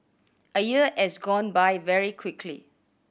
a year has gone by very quickly